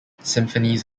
symphonies